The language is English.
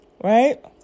Right